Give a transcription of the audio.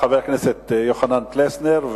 חבר הכנסת יוחנן פלסנר,